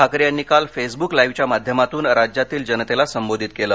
ठाकरे यांनी काल फेसब्क लाइव्हच्या माध्यमातून राज्यातील जनतेला संबोधित केलं